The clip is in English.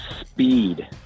speed